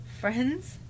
friends